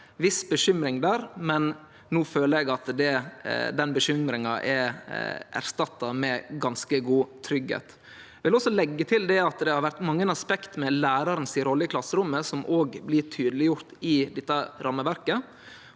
viss bekymring der, men no føler eg at den bekymringa er erstatta med ganske god tryggleik. Eg vil leggje til at det har vore mange as pekt med læraren si rolle i klasserommet som òg blir tydeleggjord i dette rammeverket.